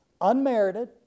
unmerited